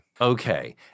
Okay